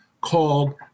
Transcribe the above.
called